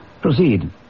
Proceed